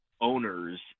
owners